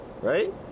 right